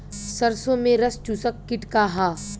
सरसो में रस चुसक किट का ह?